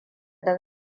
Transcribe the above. don